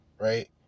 right